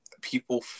people